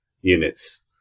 units